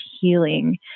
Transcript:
healing